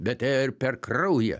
bet ėjo ir per kraują